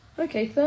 Okay